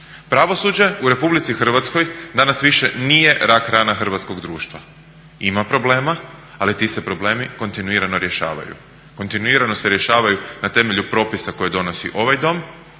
Pravosuđe u RH danas više nije rak rana hrvatskog društva. Ima problema, ali ti se problemi kontinuirano rješavaju, kontinuirano se rješavaju na temelju propisa koje donosi ovaj dom,